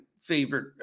favorite